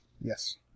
Yes